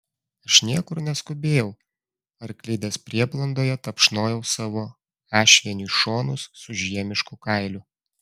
aš niekur neskubėjau arklidės prieblandoje tapšnojau savo ašvieniui šonus su žiemišku kailiu